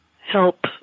help